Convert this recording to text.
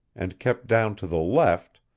and kept down to the left,